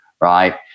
right